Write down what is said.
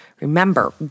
Remember